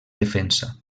defensa